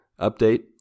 update